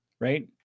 right